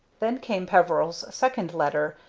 then came peveril's second letter,